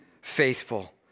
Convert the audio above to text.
faithful